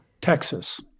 Texas